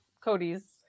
Cody's